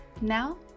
now